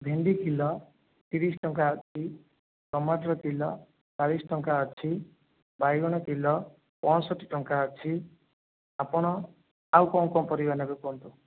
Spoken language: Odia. ଭେଣ୍ଡି କିଲୋ ତିରିଶ ଟଙ୍କା ଅଛି ଟମାଟର କିଲୋ ଚାଳିଶ ଟଙ୍କା ଅଛି ବାଇଗଣ କିଲୋ ପଞ୍ଚଷଠି ଟଙ୍କା ଅଛି ଆପଣ ଆଉ କ'ଣ କ'ଣ ପରିବା ନେବେ କୁହନ୍ତୁ